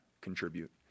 contribute